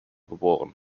geboren